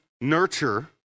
nurture